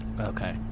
Okay